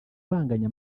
banganya